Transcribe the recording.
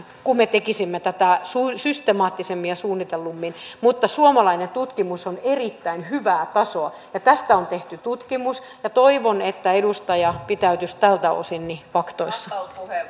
kun me tekisimme tätä systemaattisemmin ja suunnitellummin mutta suomalainen tutkimus on erittäin hyvää tasoa tästä on tehty tutkimus ja toivon että edustaja pitäytyisi tältä osin faktoissa